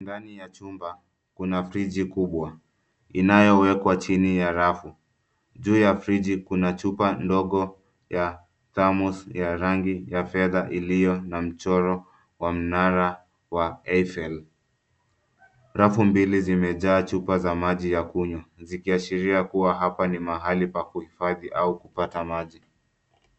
Ndani ya chumba kuna friji kubwa inayowekwa chini ya rafu. Juu ta friji kuna chupa ndogo ya thermos ya rangi ya fedha iliyo na mchoro wa mnara wa heaven .Rafu mbili zimejaa chupa za maji ya kunywa vikiashiria kuwa hapa ni mahali pa kuhifadhi au kupata maji.